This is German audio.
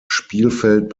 spielfeld